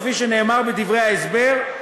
כפי שנאמר בדברי ההסבר,